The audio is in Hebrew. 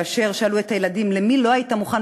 כאשר שאלו את הילדים: למי לא היית מוכן